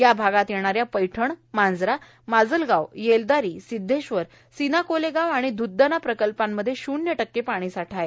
या भागात येणा या पैठण मांजरा माजलगाव येलदारी सिध्देश्वर सिनाकोलेगाव आणि ध्द्दना प्रकल्पांमध्ये श्न्य टक्के पाणी साठा आहे